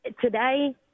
Today